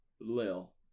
Lil